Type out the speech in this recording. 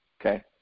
okay